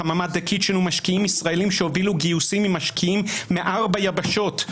חממת דה קיצ'ן ומשקיעים ישראלים שהובילו גיוסים ממשקיעים מארבע יבשות,